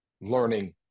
learning